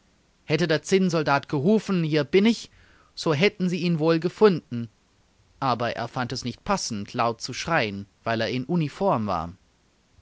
hätte der zinnsoldat gerufen hier bin ich so hätten sie ihn wohl gefunden aber er fand es nicht passend laut zu schreien weil er in uniform war